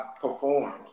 performed